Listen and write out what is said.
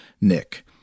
Nick